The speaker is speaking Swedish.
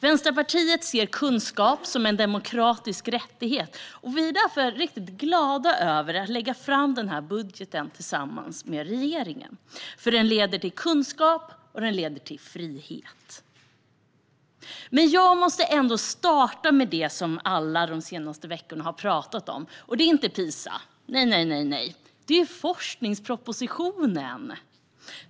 Vänsterpartiet ser kunskap som en demokratisk rättighet. Vi är därför riktigt glada över att lägga fram den här budgeten tillsammans med regeringen, för den leder till kunskap och till frihet. Jag måste ändå starta med det som alla har pratat om den senaste veckan, och det är inte PISA. Nej, nej - det är forskningspropositionen!